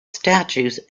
statues